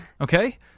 okay